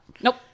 Nope